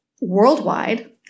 worldwide